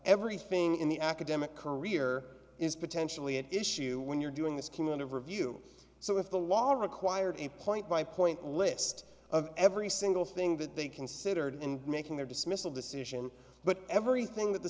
everything in the academic career is potentially an issue when you're doing this came out of review so if the law or required a point by point list of every single thing that they considered in making their dismissal decision but everything that the